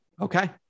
Okay